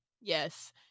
Yes